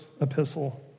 epistle